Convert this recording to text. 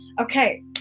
okay